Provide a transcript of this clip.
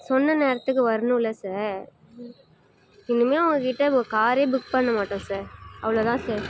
சொன்ன நேரத்துக்கு வரணுல சார் இனிமேல் உங்கள்கிட்ட காரே புக் பண்ண மாட்டோம் சார் அவ்வளோ தான் சார்